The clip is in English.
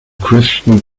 christian